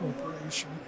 Corporation